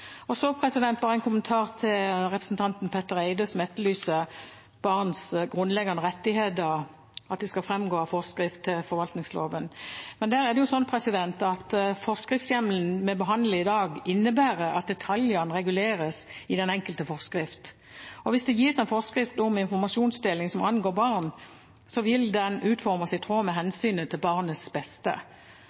Så en kommentar til representanten Petter Eide, som etterlyser barns grunnleggende rettigheter, at det skal framgå av forskrift til forvaltningsloven. Det er jo slik at forskriftshjemmelen vi behandler i dag, innebærer at detaljene reguleres i den enkelte forskrift, og hvis det gis en forskrift om informasjonsdeling som angår barn, vil den utformes i tråd med hensynet til barnets beste.